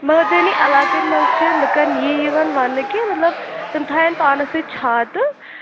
مٲدٲنی علاقن منٛز چھِ لُکن یہِ یِوان ونٛنہٕ کہٕ مطلب تِم تھاین پانس سۭتۍ چھاتہٕ